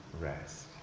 rest